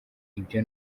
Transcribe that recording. ibyo